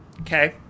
Okay